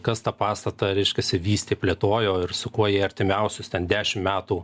kas tą pastatą reiškiasi vystė plėtojo ir su kuo jie artimiausius dešimt metų